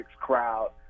crowd